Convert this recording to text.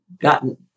gotten